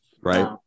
right